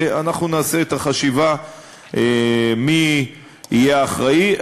ואנחנו נעשה את החשיבה מי יהיה אחראי.